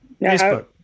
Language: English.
Facebook